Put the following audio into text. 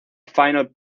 final